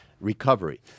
recovery